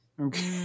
Okay